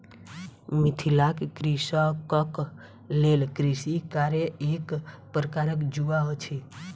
मिथिलाक कृषकक लेल कृषि कार्य एक प्रकारक जुआ अछि